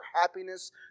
happiness